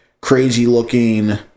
crazy-looking